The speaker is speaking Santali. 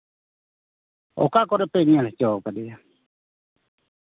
ᱚᱠᱟ ᱠᱚᱨᱮᱫ ᱯᱮ ᱧᱮᱞ ᱦᱚᱪᱚ ᱟᱠᱟᱫᱮᱭᱟ